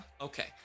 Okay